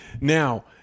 Now